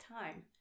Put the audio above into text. time